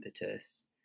impetus